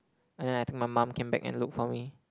and I take my mum came back and looked for me